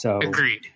Agreed